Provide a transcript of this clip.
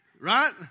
right